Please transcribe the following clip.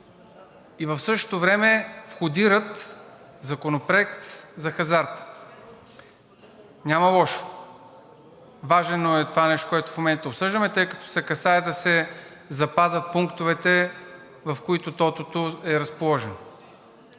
в същото време входират Законопроект за хазарта. Няма лошо. Важно е това нещо, което в момента обсъждаме, тъй като се касае да се запазят пунктовете, в които тотото е разположено.